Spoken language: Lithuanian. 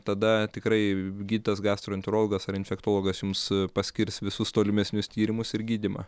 tada tikrai gydytojas gastroenterologas ar infektologas jums paskirs visus tolimesnius tyrimus ir gydymą